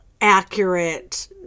accurate